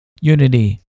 unity